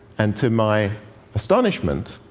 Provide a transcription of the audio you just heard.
and to my astonishment,